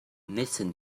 listen